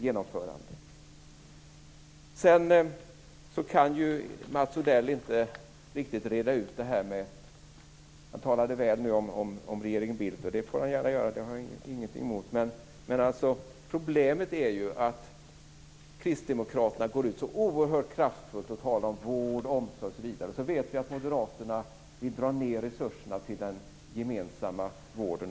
Sedan talade Mats Odell väl om regeringen Bildt. Det får han gärna göra. Jag har inget emot det. Men problemet är ju att kristdemokraterna går ut så oerhört kraftfullt och talar om vård och omsorg. Samtidigt vet vi att moderaterna vill dra ned på resurserna till den gemensamma vården.